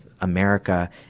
America